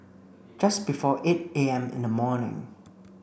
just before eight A M in the morning